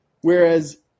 Whereas